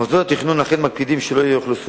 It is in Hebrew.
מוסדות התכנון אכן מקפידים שלא יאוכלסו